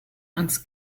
ans